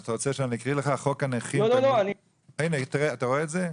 אתה רואה את זה?